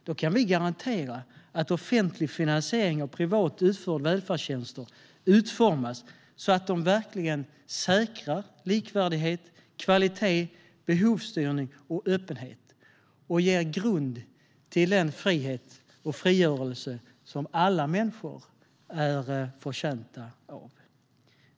Då kan vi garantera att offentlig finansiering av privat utförda välfärdstjänster utformas så att de verkligen säkrar likvärdighet, kvalitet, behovsstyrning och öppenhet och ger grund till den frihet och frigörelse som alla människor är förtjänta av.